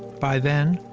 by then,